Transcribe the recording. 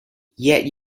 yet